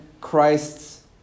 Christ's